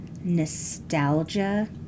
nostalgia